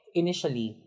initially